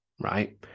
right